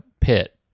pit